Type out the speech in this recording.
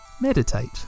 Meditate